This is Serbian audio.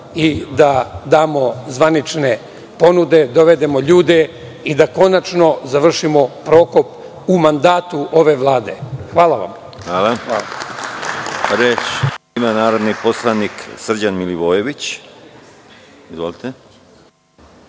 i da damo zvanične ponude, dovedemo ljude i da konačno završimo „Prokop“ u mandatu ove Vlade. Hvala vam. **Konstantin Arsenović** Reč ima narodni poslanik Srđan Milivojević. Izvolite.